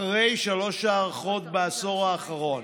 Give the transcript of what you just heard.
אחרי שלוש הארכות בעשור האחרון,